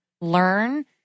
learn